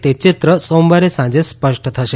તે ચિત્ર સોમવારે સાંજે સ્પષ્ટ થશે